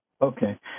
Okay